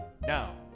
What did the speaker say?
Now